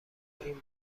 این